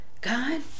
God